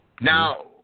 now